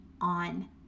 on